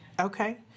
Okay